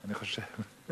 אני חושב.